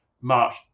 march